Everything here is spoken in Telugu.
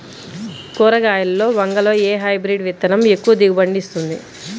కూరగాయలలో వంగలో ఏ హైబ్రిడ్ విత్తనం ఎక్కువ దిగుబడిని ఇస్తుంది?